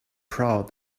proud